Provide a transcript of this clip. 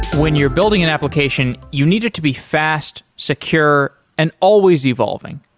when you're building an application, you needed to be fast, secure and always evolving.